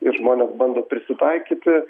ir žmonės bando prisitaikyti